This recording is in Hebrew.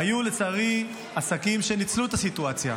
היו העסקים שניצלו את הסיטואציה.